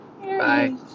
Bye